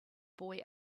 boy